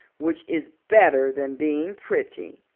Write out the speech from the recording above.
which is better than being pretty.